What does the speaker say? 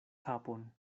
kapon